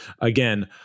Again